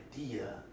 idea